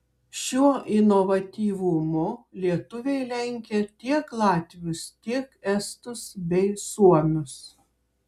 šiuo inovatyvumu lietuviai lenkia tiek latvius tiek estus bei suomius